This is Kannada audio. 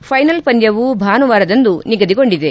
ಫೈನಲ್ ಪಂದ್ಲವು ಭಾನುವಾರದಂದು ನಿಗದಿಗೊಂಡಿದೆ